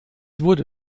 wurde